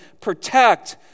protect